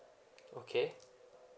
okay